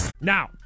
now